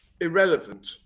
irrelevant